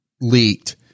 leaked